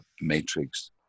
matrix